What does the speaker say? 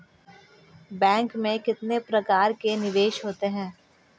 Bank में कितने प्रकार के निवेश होते हैं?